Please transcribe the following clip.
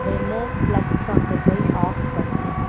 வெமோ plug சாக்கெட்டை off பண்ணு